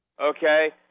Okay